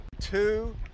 two